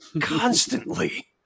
constantly